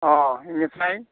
अ बिनिफ्राइ